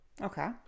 Okay